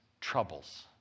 troubles